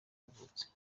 yavutse